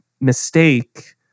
mistake